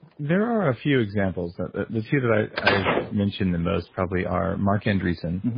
there are a few examples. the the two that i've i've mentioned the most probably are marc andreessen,